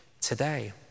today